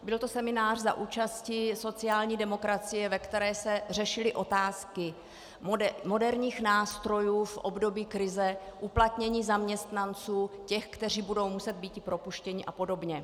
Byl to seminář za účasti sociální demokracie, ve kterém se řešily otázky moderních nástrojů v období krize, uplatnění zaměstnanců, těch, kteří budou muset být propuštěni apod.